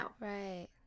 Right